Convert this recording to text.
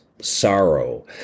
sorrow